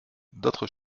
d’autres